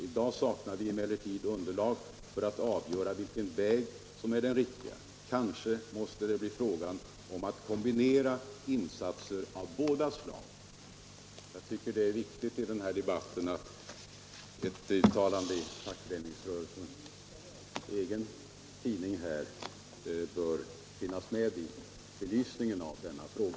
I dag saknar vi emellertid underlag för att avgöra vilken väg som är den riktiga; kanske måste det bli fråga om att kombinera insatser av båda slagen.” Jag tycker att det är viktigt att ett uttalande i fackföreningsrörelsens egen tidning finns med i belysningen av denna fråga.